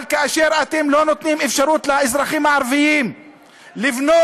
אבל כאשר אתם לא נותנים אפשרות לאזרחים הערבים לבנות,